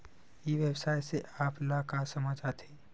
ई व्यवसाय से आप ल का समझ आथे?